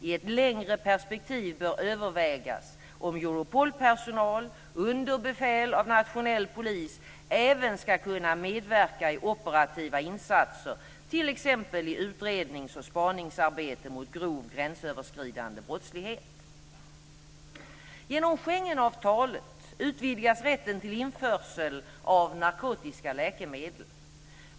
I ett längre perspektiv bör övervägas om Europolpersonal, under befäl av nationell polis, även ska kunna medverka i operativa insatser, t.ex. i utrednings och spaningsarbete mot grov gränsöverskridande brottslighet. Genom Schengenavtalet utvidgas rätten till införsel av narkotiska läkemedel.